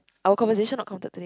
our conversation not counted today